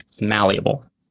malleable